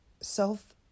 self